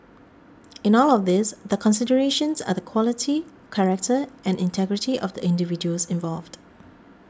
in all of these the considerations are the quality character and integrity of the individuals involved